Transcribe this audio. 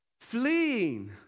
fleeing